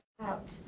out